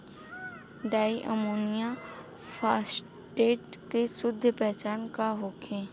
Di ammonium phosphate के शुद्ध पहचान का होखे?